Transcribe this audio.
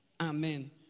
Amen